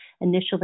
initially